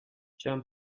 jean